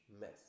mess